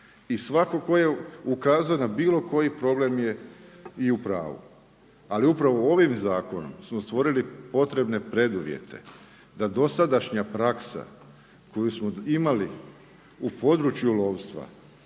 I svatko tko je ukazao na bilo koji problem je, i u pravu. Ali upravo ovim zakonom smo stvorili potrebne preduvjete da dosadašnja praksa koju smo imali u području lovstva